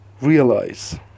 realize